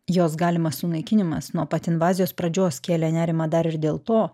jos galimas sunaikinimas nuo pat invazijos pradžios kėlė nerimą dar ir dėl to